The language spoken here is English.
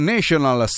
National